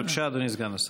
בבקשה, אדוני סגן השר.